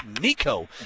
Nico